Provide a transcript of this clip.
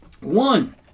one